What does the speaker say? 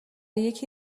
یکی